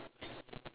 ya